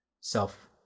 self